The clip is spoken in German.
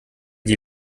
die